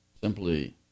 simply